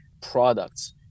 products